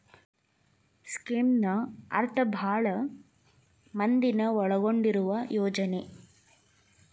ಸ್ಕೇಮ್ನ ಅರ್ಥ ಭಾಳ್ ಮಂದಿನ ಒಳಗೊಂಡಿರುವ ಯೋಜನೆ